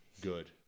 good